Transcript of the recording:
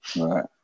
Right